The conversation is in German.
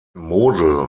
model